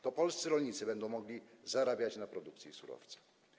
To polscy rolnicy będą mogli zarabiać na produkcji surowca.